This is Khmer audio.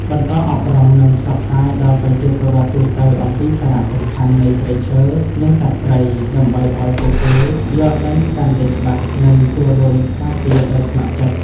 បន្តអប់រំ និងផ្សព្វផ្សាយដល់ប្រជាពលរដ្ឋទូទៅអំពីសារៈសំខាន់នៃព្រៃឈើ និងសត្វព្រៃ ដើម្បីឲ្យពួកគេយល់ដឹងកាន់តែច្បាស់ និងចូលរួមការពារដោយស្ម័គ្រចិត្ត។